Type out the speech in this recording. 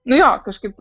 nu jo kažkaip